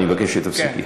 אני מבקש שתפסיקי.